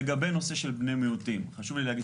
לגבי נושא של בני מיעוטים, חשוב לי להגיד.